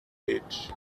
beach